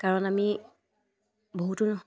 কাৰণ আমি বহুতো